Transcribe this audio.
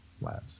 Labs